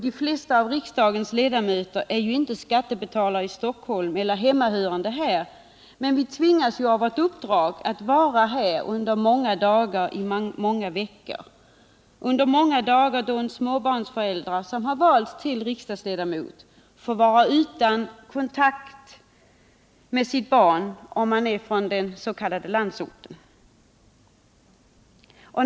De flesta av riksdagens ledamöter är inte skattebetalare i Stockholm eller hemmahörande här, men genom vårt uppdrag tvingas vi att vara här under många dagar i många veckor, och en småbarnsförälder som valts till riksdagsledamot och som är från den s.k. landsorten får då vara utan kontakt med sitt barn.